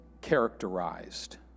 characterized